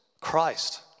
Christ